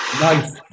nice